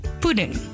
pudding